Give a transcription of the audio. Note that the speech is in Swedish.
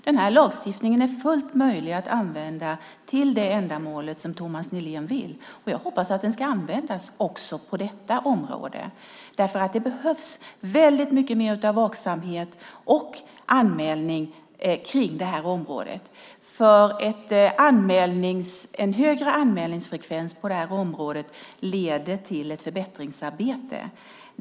Denna lagstiftning är fullt möjlig att använda för det ändamål som Thomas Nihlén vill, och jag hoppas att den ska användas också på detta område där det behövs mycket mer av vaksamhet och anmälande. En högre anmälningsfrekvens leder till ett förbättringsarbete.